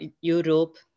Europe